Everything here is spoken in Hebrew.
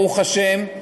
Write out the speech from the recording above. ברוך השם,